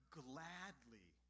gladly